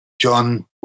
John